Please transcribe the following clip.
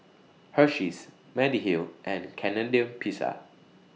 Hersheys Mediheal and Canadian Pizza